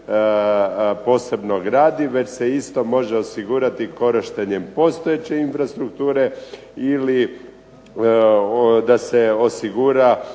posebno gradi, već se isto može osigurati korištenjem postojeće infrastrukture ili da se osigura